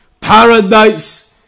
paradise